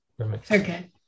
Okay